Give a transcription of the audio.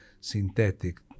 synthetic